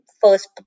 first